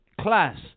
class